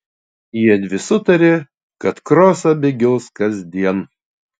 jiedvi sutarė kad krosą bėgios kasdien